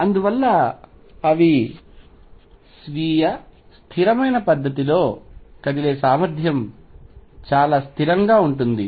అందువల్ల అవి స్వీయ స్థిరమైన పద్ధతిలో కదిలే సామర్థ్యం చాలా స్థిరంగా ఉంటుంది